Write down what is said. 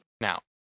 now